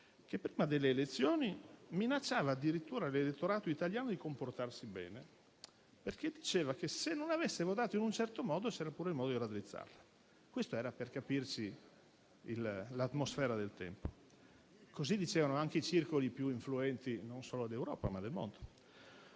che prima delle elezioni minacciava addirittura l'elettorato italiano di comportarsi bene, perché diceva che, se non avesse votato in un certo modo, c'era pure il modo di raddrizzarlo. Questa era l'atmosfera del tempo. Così dicevano anche i circoli più influenti, non solo d'Europa, ma del mondo.